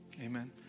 amen